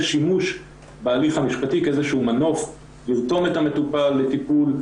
שימוש בהליך המשפטי כמנוף לרתום את המטופל לטיפול,